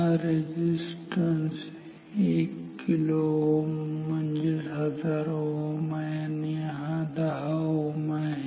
हा resistance 1 kΩ म्हणजेच 1000 Ω आहे आणि हा 10Ω आहे